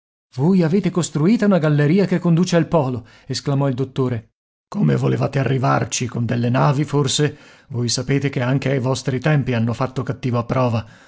voi avete costruita una galleria che conduce al polo esclamò il dottore come volevate arrivarci con delle navi forse voi sapete che anche ai vostri tempi hanno fatto cattiva prova